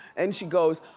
and she goes,